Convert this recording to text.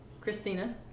Christina